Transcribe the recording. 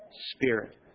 spirit